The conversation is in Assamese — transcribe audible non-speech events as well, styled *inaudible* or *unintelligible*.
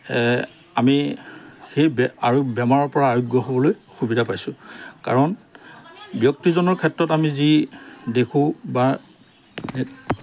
আমি সেই বেমাৰৰপৰা আৰোগ্য হ'বলৈ সুবিধা পাইছোঁ কাৰণ ব্যক্তিজনৰ ক্ষেত্ৰত আমি যি দেখোঁ বা *unintelligible*